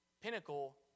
pinnacle